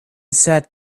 sat